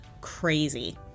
crazy